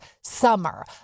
summer